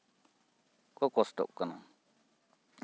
ᱠᱚ ᱠᱚᱥᱴᱚᱜ ᱠᱟᱱᱟ